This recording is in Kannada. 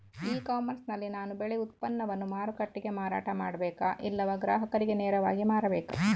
ಇ ಕಾಮರ್ಸ್ ನಲ್ಲಿ ನಾನು ಬೆಳೆ ಉತ್ಪನ್ನವನ್ನು ಮಾರುಕಟ್ಟೆಗೆ ಮಾರಾಟ ಮಾಡಬೇಕಾ ಇಲ್ಲವಾ ಗ್ರಾಹಕರಿಗೆ ನೇರವಾಗಿ ಮಾರಬೇಕಾ?